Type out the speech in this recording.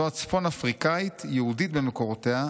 זו הצפון-אפריקאית-יהודית במקורותיה,